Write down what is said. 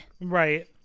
Right